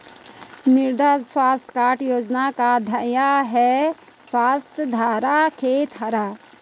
मृदा स्वास्थ्य कार्ड योजना का ध्येय है स्वस्थ धरा, खेत हरा